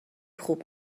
خوب